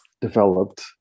developed